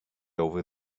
over